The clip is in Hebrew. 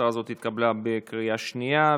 ההצעה הזאת התקבלה בקריאה שנייה.